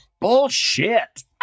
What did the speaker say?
bullshit